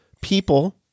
People